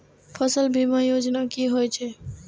फसल बीमा योजना कि होए छै?